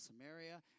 Samaria